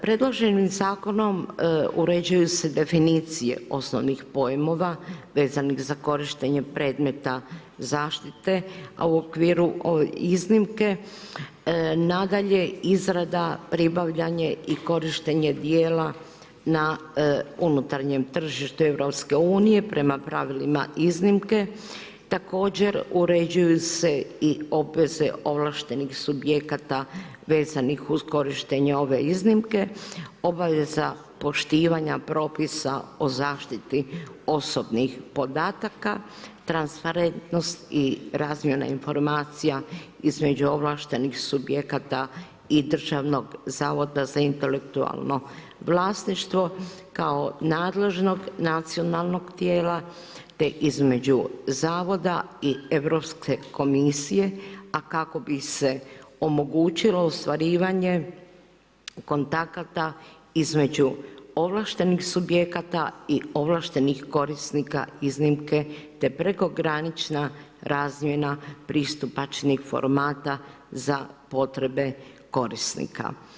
Predloženim zakonom uređuju se definicije osnovnih pojmova, vezanih za korištenja predmeta zaštite a u okviru iznimke, nadalje, izrada pribavljanje i korištenje dijela na unutarnjem tržištu EU, prema pravilima iznimke, također uređuju se i obveze ovlaštenih subjekata vezanih uz korištenje ove iznimke, obaveza poštivanja propisa o zaštiti osobnih podataka, transparentnost i razmjena informacija između ovlaštenih subjekata i Državnog zavoda za intelektualno vlasništvo kao nadležnog, nacionalnog tijela te između Zavoda i Europske komisije a kako bi se omogućilo ostvarivanje kontakata između ovlaštenih subjekata i ovlaštenih korisnika iznimke te prekogranična razmjena pristupačnih formata za potrebe korisnika.